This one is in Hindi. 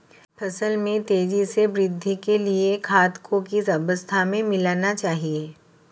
फसल में तेज़ी से वृद्धि के लिए खाद को किस अवस्था में मिलाना चाहिए?